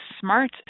smart